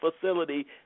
facility